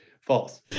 False